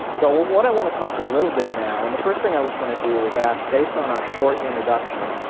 so what i want to talk a little bit now, and the first thing i was going to do was ask. based on our short introduction,